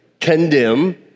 condemn